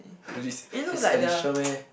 this is Alicia meh